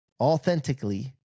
authentically